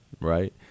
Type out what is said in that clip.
Right